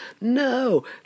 no